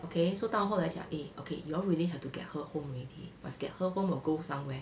okay so 到后来讲 eh okay you all really have to get her home already must get her home or go somewhere